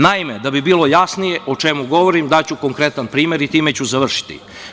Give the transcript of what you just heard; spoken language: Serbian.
Naime, da bi bilo jasnije o čemu govorim daću konkretan primer i time ću završiti.